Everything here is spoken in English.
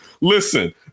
listen